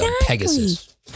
Pegasus